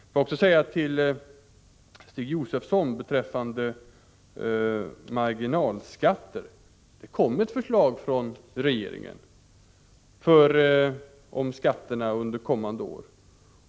Låt mig också till Stig Josefson beträffande marginalskatter säga att det kommer ett förslag från regeringen om skatterna under kommande år.